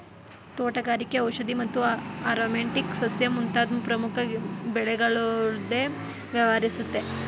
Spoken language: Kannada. ತೋಟಗಾರಿಕೆ ಔಷಧಿ ಮತ್ತು ಆರೊಮ್ಯಾಟಿಕ್ ಸಸ್ಯ ಮುಂತಾದ್ ಪ್ರಮುಖ ಬೆಳೆಗಳೊಂದ್ಗೆ ವ್ಯವಹರಿಸುತ್ತೆ